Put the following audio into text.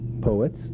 poets